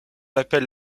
appelle